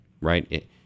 right